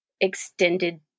extended